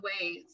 ways